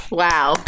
wow